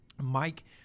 mike